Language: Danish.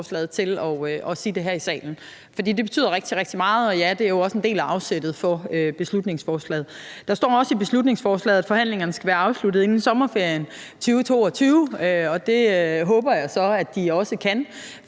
forhandlingerne skal være afsluttet inden sommerferien 2022. Det håber jeg så at de også kan